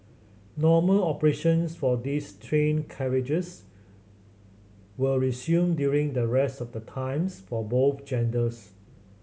normal operations for these train carriages will resume during the rest of the times for both genders